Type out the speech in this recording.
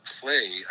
play